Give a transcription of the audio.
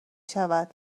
شود